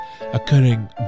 occurring